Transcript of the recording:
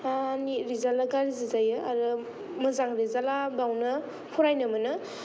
नि रिजाल्टा गाज्रि जायो आरो मोजां रिजाल्टआ बावनो फरायनो मोनो